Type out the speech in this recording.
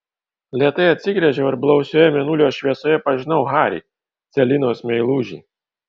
lėtai atsigręžiau ir blausioje mėnulio šviesoje pažinau harį celinos meilužį